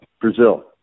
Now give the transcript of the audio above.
Brazil